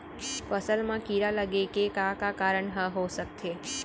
फसल म कीड़ा लगे के का का कारण ह हो सकथे?